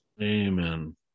Amen